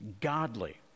godly